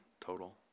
total